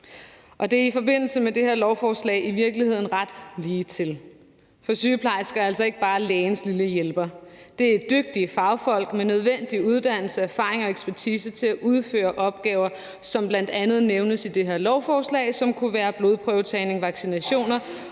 Det er i forbindelse med det her lovforslag i virkeligheden ret ligetil. For sygeplejersker er altså ikke bare lægernes små hjælpere. Det er dygtige fagfolk med den nødvendige uddannelse, erfaring og ekspertise til at udføre opgaver, som bl.a. nævnes i det her lovforslag, og det kunne være blodprøvetagning, vaccinationer